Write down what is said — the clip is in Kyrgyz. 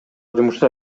жумушта